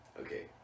Okay